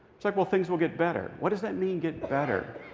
it's, like, well, things will get better. what does that mean get better?